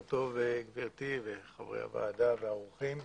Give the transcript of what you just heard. בוקר טוב גברתי, חברי הוועדה והאורחים.